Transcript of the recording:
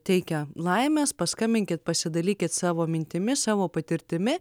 teikia laimės paskambinkit pasidalykit savo mintimis savo patirtimi